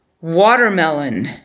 Watermelon